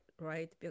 right